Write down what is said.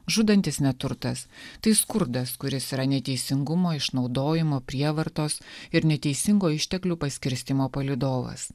žudantis neturtas tai skurdas kuris yra neteisingumo išnaudojimo prievartos ir neteisingo išteklių paskirstymo palydovas